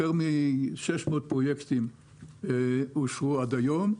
יותר מ-600 פרויקטים אושרו עד היום,